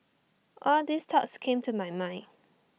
all these thoughts came to my mind